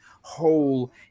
whole